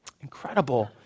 Incredible